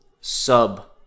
sub